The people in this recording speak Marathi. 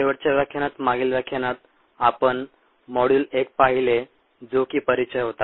शेवटच्या व्याख्यानात मागील व्याख्यानात आपण मॉड्यूल एक पाहिले जो की परिचय होता